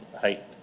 height